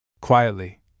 Quietly